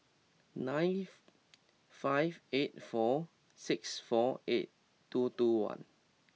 life five eight four six four eight two two one